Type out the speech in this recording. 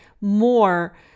more